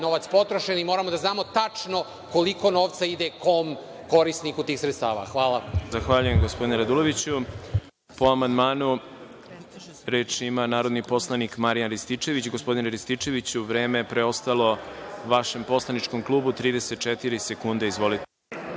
novac potrošen i moramo da znamo tačno koliko novca ide kom korisniku tih sredstava. Hvala. **Đorđe Milićević** Zahvaljujem, gospodine Raduloviću. Po amandmanu reč ima narodni poslanik Marijan Rističević. Gospodine Rističeviću, vreme je preostalo vašem poslaničkom klubu 34 sekunde. Izvolite.